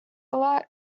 lot